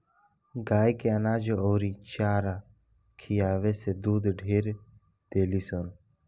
गाय के अनाज अउरी चारा खियावे से दूध ढेर देलीसन